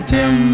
Tim